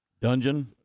dungeon